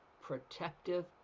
protective